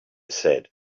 said